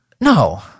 no